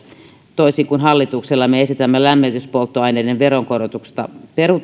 toisin kuin hallituksella me esitämme lämmityspolttoaineiden veronkorotusta